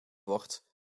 wordt